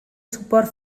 suport